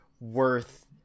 worth